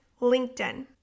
LinkedIn